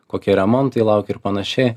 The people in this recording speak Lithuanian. kokie remontai laukia ir panašiai